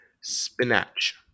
Spinach